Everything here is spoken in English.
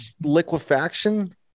liquefaction